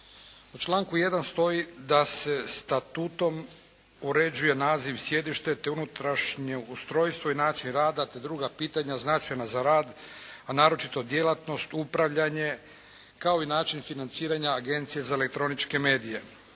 U članku 1. stoji da se statutom uređuje naziv i sjedište te unutrašnje ustrojstvo i način rada te druga pitanja značajna za rad, a naročito djelatnost, upravljanje kao i način financiranja Agencije za elektroničke medije.